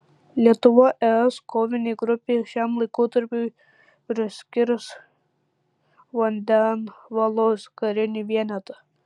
lietuva es kovinei grupei šiam laikotarpiui priskirs vandenvalos karinį vienetą